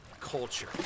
culture